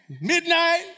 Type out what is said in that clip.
Midnight